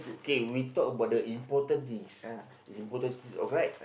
okay we talk about the important things the important things alright